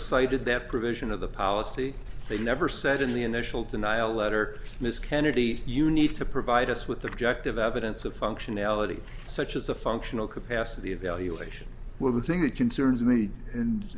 cited that provision of the policy they never said in the initial denial letter miss kennedy you need to provide us with the objective evidence of functionality such as a functional capacity evaluation well the thing that concerns me and